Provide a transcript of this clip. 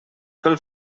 pel